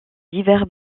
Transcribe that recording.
divers